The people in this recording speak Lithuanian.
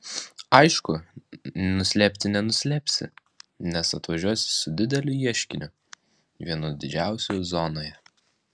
aišku nuslėpti nenuslėpsi nes atvažiuosi su dideliu ieškiniu vienu didžiausių zonoje